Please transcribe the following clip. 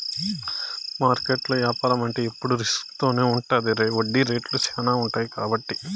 మార్కెట్లో యాపారం అంటే ఎప్పుడు రిస్క్ తోనే ఉంటది వడ్డీ రేట్లు శ్యానా ఉంటాయి కాబట్టి